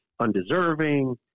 undeserving